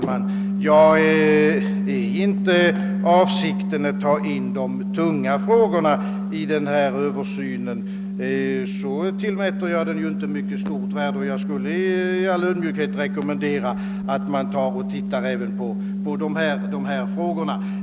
Herr talman! Om avsikten inte är att också ta in de tunga frågorna i översynen, så tillmäter jag den inte stort värde. Jag vill i all ödmjukhet rekommendera att man även ser på de frågorna.